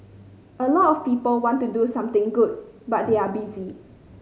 a lot of people want to do something good but they are busy